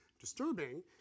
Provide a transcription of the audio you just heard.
disturbing